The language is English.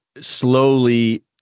slowly